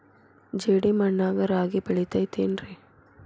ಜೇಡಿ ಮಣ್ಣಾಗ ರಾಗಿ ಬೆಳಿತೈತೇನ್ರಿ?